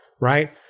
right